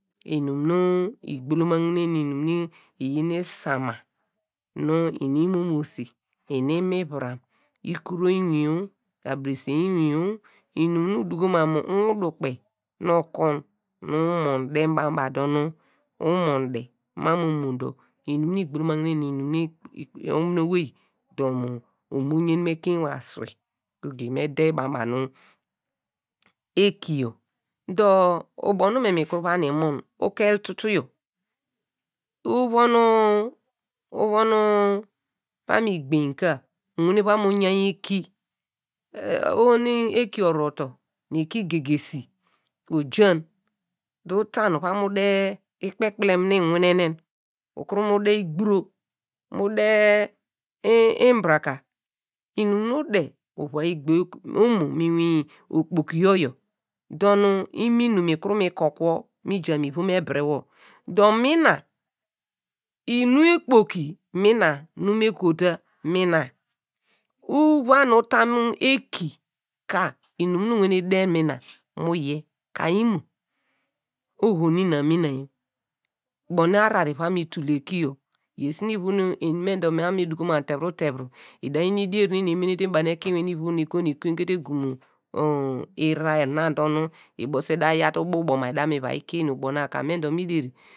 Lnum nu igbalomagne nu inum nu iyin isama nu lnu imomosi, lnu lmivuram lkuro lnwin o abresen lnwin o lnum nu uduko mam mu uwundu kpe nu okorn nu mu mon de banu ba dor nu umon de. mam omo dor lnum nu igbulamagne lnum nu ominiowey dor mu ova mo yen mu ekein ewey aswei goge me day, mu banu ba nu ekiyi dor ubo nu me mi kuru va nu mon ukel tutuyo uvon nu pami igbeny ka uwane vo mu yanyi eki, oho nu eki oroto. nu eki gegesi ejan dor uta uvam mu de ikpekpilem nu lwinenen, ukuru mu de igburo mu de abraka, lnum nu ude iwai yi gbe ono ni lnwin okpokiyo yor dor nu lminum ikuru mi kor ku ho mija mu ivom ebire wor dor mina inu ikpeki nuna nu me kotua mina uvan nu utan eki ka lnum nu vram mu de nuna mu yiye mo, oho nina mina yor ubo nu ahrar iva nu tul eki yor, esi nu ivur eni me da ma abo okunu me duko mam mu tevuru tevuru, ida yon ldier nu eni emenete banu ekein ewey nu lvur mi ikinye teke egu mu lrhar na dor nu ibisi da yaw te abo aboma da va yi kie eni abo na ka me dor mi deri.